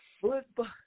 football